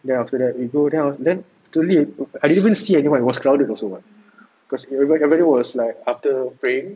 then after that you go then slowly I didn't even see anyone it was crowded also [what] because everybody was like after praying